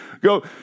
Go